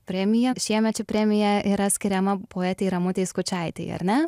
premija šiemet ši premija yra skiriama poetei ramutei skučaitei ar ne